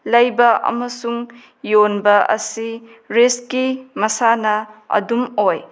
ꯂꯩꯕ ꯑꯃꯁꯨꯡ ꯌꯣꯟꯕ ꯑꯁꯤ ꯔꯤꯁꯀꯤ ꯃꯁꯥꯅ ꯑꯗꯨꯝ ꯑꯣꯏ